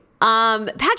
Patrick